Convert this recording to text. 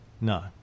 No